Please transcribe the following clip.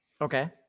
Okay